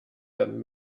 werden